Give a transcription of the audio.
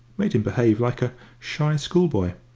made him behave like a shy schoolboy.